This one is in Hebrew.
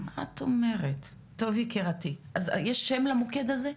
יש שם למוקד הזה?